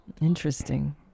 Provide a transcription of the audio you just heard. Interesting